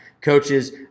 coaches